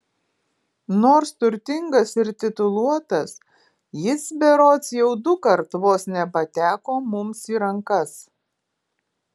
nors turtingas ir tituluotas jis berods jau dukart vos nepateko mums į rankas